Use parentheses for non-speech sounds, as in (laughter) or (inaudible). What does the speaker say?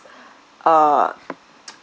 uh (noise)